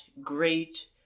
great